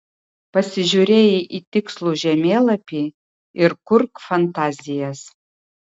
pasižiūrėjai į tikslų žemėlapį ir kurk fantazijas